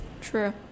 True